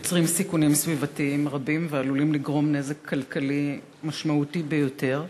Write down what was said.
יוצרים סיכונים סביבתיים רבים ועלולים לגרום נזק כלכלי משמעותי ביותר.